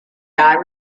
guy